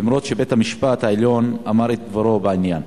אף-על-פי שבית-המשפט העליון אמר את דברו בעניין?